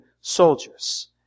soldiers